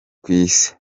kw’isi